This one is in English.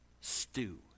stew